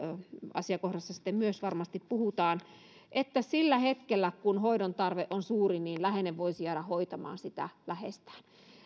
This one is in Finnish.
asiakohdassa sitten myös varmasti puhutaan niin että sillä hetkellä kun hoidon tarve on suuri läheinen voisi jäädä hoitamaan sitä läheistään